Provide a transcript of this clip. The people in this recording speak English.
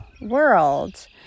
world